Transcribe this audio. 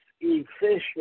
efficient